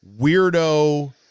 weirdo